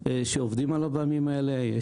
שעובדים עליו בימים האלה.